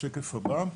השקף הבא-